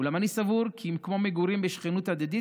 אולם אני סבור כי מגורים בשכנות הדדית